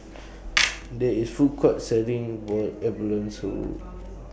There IS A Food Court Selling boiled abalone